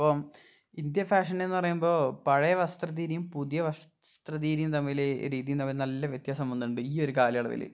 ഇപ്പം ഇന്ത്യ ഫാഷനെന്ന് പറയുമ്പോൾ പഴയ വസ്ത്രരീതിയും പുതിയ വസ്ത്രരീതിയും തമ്മിൽ രീതിയും തമ്മിൽ നല്ല വ്യത്യാസം വന്നിട്ടുണ്ട് ഈ ഒരു കാലയളവിൽ